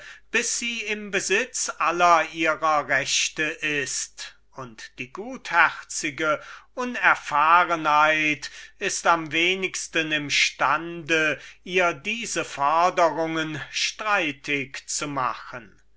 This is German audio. bis sie im besitz aller ihrer rechte ist und die treuherzige unerfahrenheit ist am wenigsten im stande ihr diese forderungen streitig zu machen